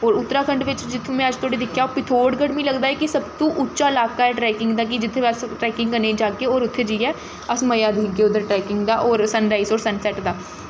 होर उत्तराखण्ड बिच्च जित्थूं में अज्ज धोड़ी दिक्खेआ ओह् पिथोरगढ़ मी लगदा ऐ कि सब तों उच्चा लाका ऐ ट्रैकिंग दा कि जित्थै अस ट्रैकिंग करने गी जागे होर उत्थै जाइयै अस मजा दिखगे उद्धर ट्रैकिंग दा होर सन राइज होर सन सैट्ट दा